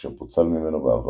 אשר פוצל ממנו בעבר.